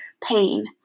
pain